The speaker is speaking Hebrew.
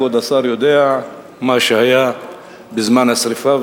כבוד השר יודע מה שהיה בזמן השרפה,